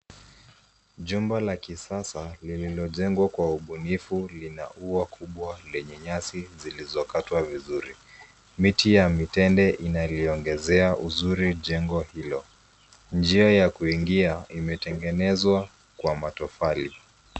Jumba la kisasa lililo jengwa kwa ubunifu lina ua kubwa lenye nyasi zilizo katwa vizuri. Miti ya mitende inaliongezea uzuri jengo hilo. Njia ya kuingia imetengenezwa kwa matofali.